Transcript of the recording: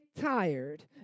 tired